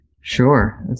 Sure